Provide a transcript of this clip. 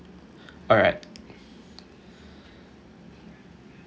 alright